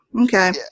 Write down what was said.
Okay